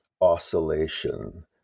oscillation